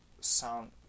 sound